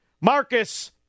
Marcus